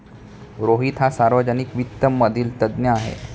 रोहित हा सार्वजनिक वित्त मधील तज्ञ आहे